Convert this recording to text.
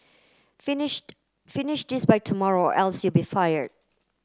finished finish this by tomorrow else you'll be fired